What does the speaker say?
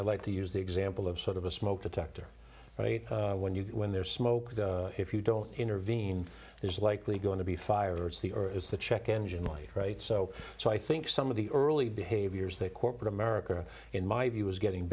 i like to use the example of sort of a smoke detector right when you when there's smoke if you don't intervene there's likely going to be fire it's the or it's the check engine light right so so i think some of the early behaviors that corporate america in my view is getting